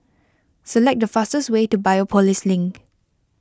select the fastest way to Biopolis Link